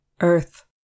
Earth